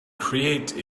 create